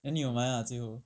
then 你有买 lah 最后